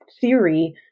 theory